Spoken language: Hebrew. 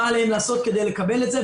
מה עליהם לעשות כדי לקבל את זה,